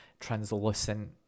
translucent